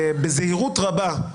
בזהירות רבה,